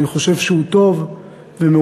אני חושב שהוא טוב ומעולה,